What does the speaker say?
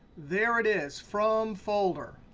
there it is, from folder.